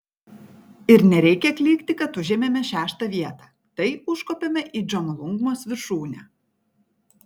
ir nereikia klykti kad užėmėme šeštą vietą tai užkopėme į džomolungmos viršūnę